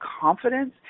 confidence